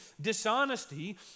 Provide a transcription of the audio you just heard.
dishonesty